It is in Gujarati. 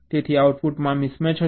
તેથી આઉટપુટમાં મિસમેચ હશે